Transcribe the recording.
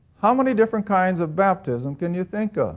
how many different kinds of baptism can you think of?